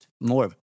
more